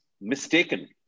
mistaken